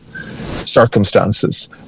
circumstances